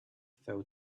fell